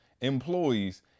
employees